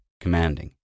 commanding